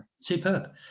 Superb